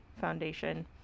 Foundation